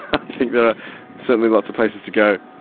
i think there are certainly lots of places to go.